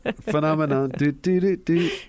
Phenomenon